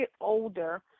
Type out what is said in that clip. older